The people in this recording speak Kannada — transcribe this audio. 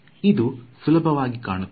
ಇದು ಸುಲಭವಾಗಿ ಕಾಣುತ್ತಿಲ್ಲ